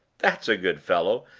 that's a good fellow!